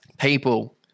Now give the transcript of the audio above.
people